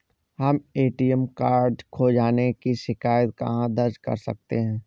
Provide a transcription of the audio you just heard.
हम ATM card खो जाने की शिकायत कहाँ दर्ज कर सकते हैं?